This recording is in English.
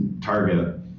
target